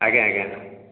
ଆଜ୍ଞା ଆଜ୍ଞା